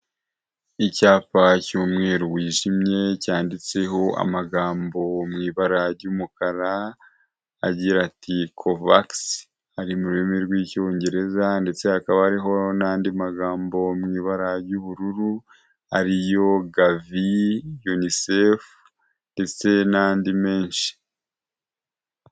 Icyapa cy'umweru wijimye cyanditseho amagambo mu ibara ry'umukara agira ati covax ari mu rurimi rw'icyongereza ndetse hakaba hari n'andi magambo mu ibara ry'ubururu ari yo gavi unicef ndetse n'andi menshi.